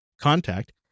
contact